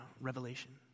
Revelation